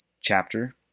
chapter